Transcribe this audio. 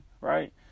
right